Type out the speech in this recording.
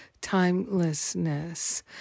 timelessness